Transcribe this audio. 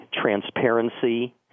transparency